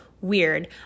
Weird